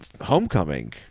Homecoming